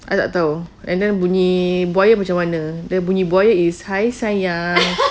I tak tahu and then bunyi buaya macam mana the bunyi buaya is hi sayang